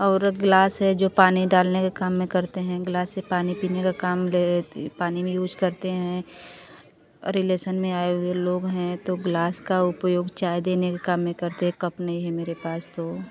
और गिलास है जो पानी डालने के काम में करते हैं गिलास से पानी पीने का काम पानी में यूज करते हैं रिलेशन में आए हुए लोग हैं तो गिलास का उपयोग चाय देने के काम में करते हैं कप नहीं है मेरे पास तो